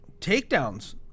Takedowns